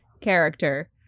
character